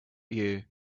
you